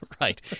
Right